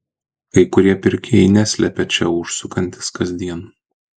kai kurie pirkėjai neslepia čia užsukantys kasdien